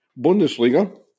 Bundesliga